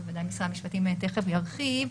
בוודאי משרד המשפטים תכף ירחיב,